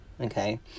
okay